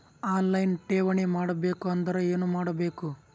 On line ಠೇವಣಿ ಮಾಡಬೇಕು ಅಂದರ ಏನ ಮಾಡಬೇಕು?